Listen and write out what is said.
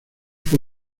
fue